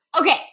Okay